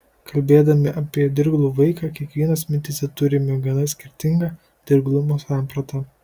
kalbėdami apie dirglų vaiką kiekvienas mintyse turime gana skirtingą dirglumo sampratą